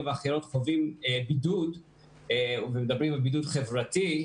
ואחרות חווים בידוד ומדברים על בידוד חברתי,